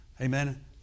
Amen